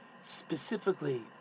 specifically